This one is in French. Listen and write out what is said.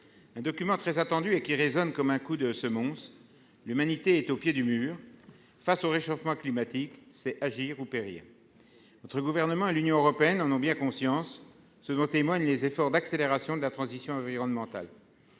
Ce document, très attendu, résonne comme un coup de semonce. L'humanité est au pied du mur. Face au réchauffement climatique, c'est agir ou périr. Monsieur le ministre, le gouvernement auquel vous appartenez et l'Union européenne en ont bien conscience, ce dont témoignent les efforts d'accélération de la transition environnementale.